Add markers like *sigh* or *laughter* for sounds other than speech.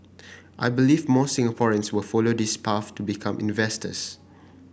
I believe more Singaporeans will follow this path to become *unintelligible*